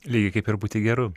lygiai kaip ir būti geru